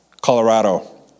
Colorado